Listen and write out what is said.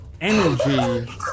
energy